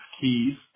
Keys